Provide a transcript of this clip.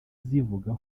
zivuga